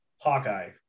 Hawkeye